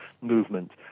movement